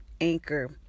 anchor